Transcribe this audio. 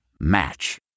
Match